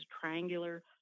triangular